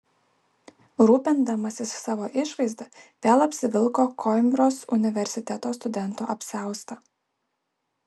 rūpindamasis savo išvaizda vėl apsivilko koimbros universiteto studento apsiaustą